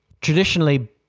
Traditionally